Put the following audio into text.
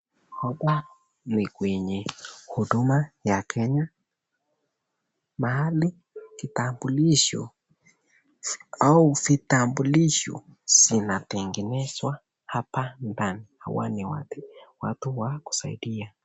Hapa ni kwenye huduma mahali kitambulisho au vitambolisho zinatengenezwa hapa ndani hawa ni watu wa kusaidia.